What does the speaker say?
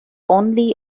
only